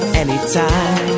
anytime